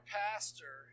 pastor